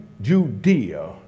Judea